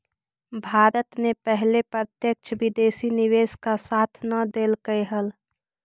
भारत ने पहले प्रत्यक्ष विदेशी निवेश का साथ न देलकइ हल